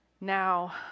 Now